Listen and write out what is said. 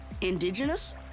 Indigenous